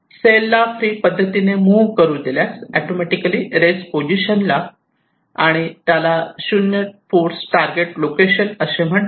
sale ला free पद्धतीने move करू दिल्यास ऑटोमॅटिकली रेस्ट पोझिशनला आणि त्याला 0 फोर्स टारगेट लोकेशन असे म्हणतात